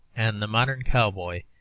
and the modern cowboy,